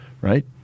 right